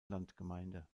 landgemeinde